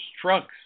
trucks